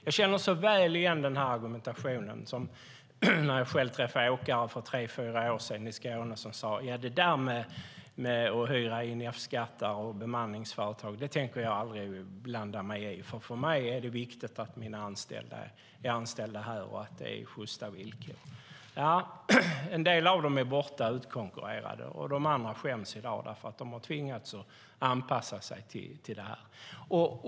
Jag känner så väl igen denna argumentation från när jag träffade åkare för tre fyra år sedan i Skåne. Då sade de: Det där med att hyra in F-skattare och bemanningsföretag tänker jag aldrig befatta mig med. För mig är det viktigt att mina anställda är anställda här och att det är sjysta villkor. I dag är en del av dem borta, utkonkurrerade. Andra skäms för att de har tvingats att anpassa sig till detta.